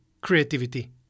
creativity